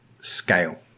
scale